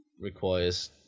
requires